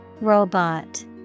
Robot